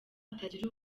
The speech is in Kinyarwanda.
hatagira